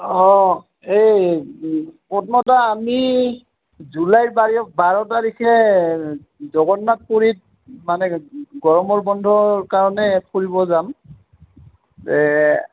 অঁ এই পদ্ম দা আমি জুলাই বায় বাৰ তাৰিখে জগন্নাথ পুৰীত মানে গৰমৰ বন্ধৰ কাৰণে ফুৰিব যাম